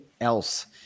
else